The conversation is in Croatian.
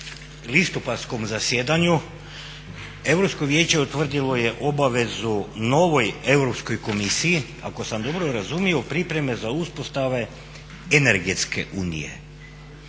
listopadskom zasjedanju Europsko vijeće utvrdilo je novoj Europskoj komisiji, ako sam dobro razumio, pripreme za uspostave energetske unije.